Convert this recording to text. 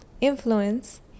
influence